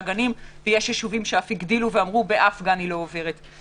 גנים ויש ישובים שאמרו שבאף גן היא לא עוברת,